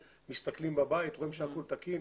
מסתכלים בבית ורואים שהכול תקין.